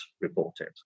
reported